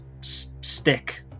stick